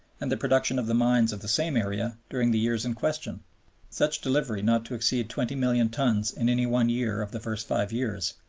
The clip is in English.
and the production of the mines of the same area during the year in question such delivery not to exceed twenty million tons in any one year of the first five years,